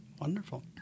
Wonderful